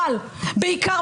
אבל בעיקר,